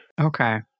okay